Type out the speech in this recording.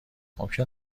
ممکن